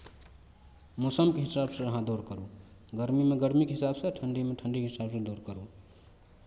मौसमके हिसाबसँ अहाँ दौड़ करू गरमीमे गरमीके हिसाबसँ ठण्ढीमे ठण्ढीके हिसाबसँ दौड़ करू